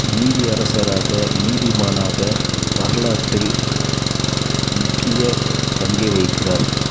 நீதி அரசராக நீதி மானாக வரலாற்றில் முக்கிய பங்கை வகிக்கிறார்